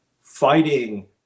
fighting